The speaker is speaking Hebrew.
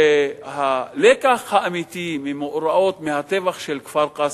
שהלקח האמיתי ממאורעות, מהטבח של כפר-קאסם,